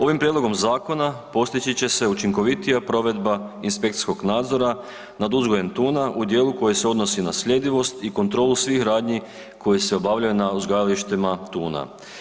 Ovim prijedlogom zakona postići će se učinkovitija provedba inspekcijskog nadzora nad uzgojem tuna u dijelu koji se odnosi na sljedivost i kontrolu svih radnji koje se obavljaju na uzgajalištima tuna.